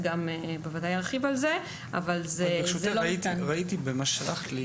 ברשותך, ראיתי במה ששלחת לי